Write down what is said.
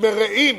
מרעים